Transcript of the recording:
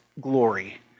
glory